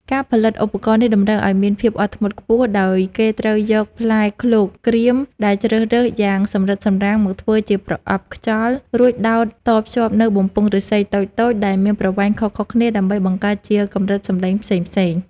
ការផលិតឧបករណ៍នេះតម្រូវឲ្យមានភាពអត់ធ្មត់ខ្ពស់ ដោយគេត្រូវយកផ្លែឃ្លោកក្រៀមដែលជ្រើសរើសយ៉ាងសម្រិតសម្រាំងមកធ្វើជាប្រអប់ខ្យល់ រួចដោតភ្ជាប់នូវបំពង់ឫស្សីតូចៗដែលមានប្រវែងខុសៗគ្នា ដើម្បីបង្កើតជាកម្រិតសម្លេងផ្សេងៗ។